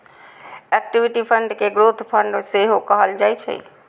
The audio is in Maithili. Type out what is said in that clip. इक्विटी फंड कें ग्रोथ फंड सेहो कहल जाइ छै